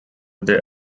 their